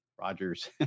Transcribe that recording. Roger's